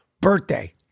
birthday